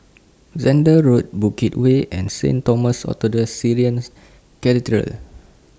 Zehnder Road Bukit Way and Saint Thomas Orthodox Syrian